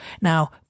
Now